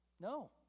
No